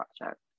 Project